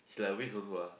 it's like waste also ah